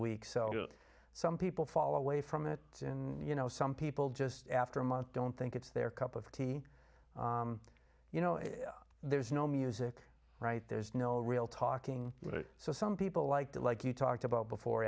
week so some people fall away from it you know some people just after a month don't think it's their cup of tea you know there's no music right there's no real talking so some people like that like you talked about before